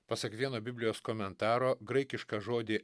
pasak vieno biblijos komentaro graikišką žodį